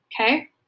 okay